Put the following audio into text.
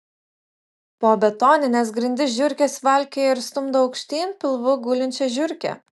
po betonines grindis žiurkės valkioja ir stumdo aukštyn pilvu gulinčią žiurkę